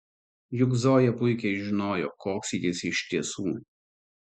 juk zoja puikiai žinojo koks jis iš tiesų